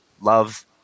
Love